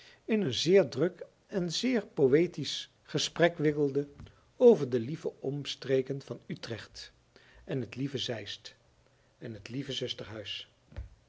in een zeer druk en zeer poëtisch gesprek wikkelde over de lieve omstreken van utrecht en het lieve zeist en het lieve